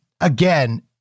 Again